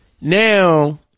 now